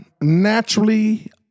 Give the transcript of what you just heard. naturally